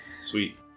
Sweet